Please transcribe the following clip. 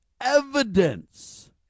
evidence